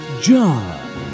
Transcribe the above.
John